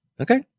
okay